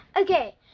Okay